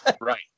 Right